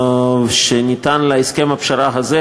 ניתן להסכם הפשרה הזה,